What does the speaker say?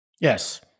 Yes